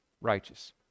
righteous